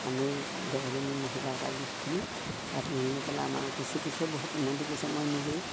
আমি দহজনী মহিলা এটা গোট খুলি তাত লোন লৈ পেলাই আমাৰ কিছু কিছুৱে বহুত উন্নতি কৰিছে মই নিজেও